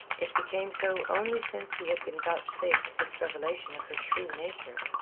it became so only since he had been vouchsafed this revelation of her true nature.